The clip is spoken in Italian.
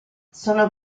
sono